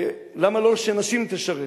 למה לא שנשים תשרתנה?